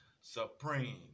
supreme